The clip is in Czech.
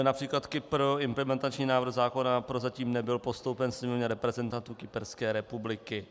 Například Kypr implementační návrh zákona prozatím nebyl postoupen Sněmovně reprezentantů Kyperské republiky.